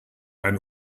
ein